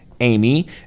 Amy